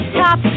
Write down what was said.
top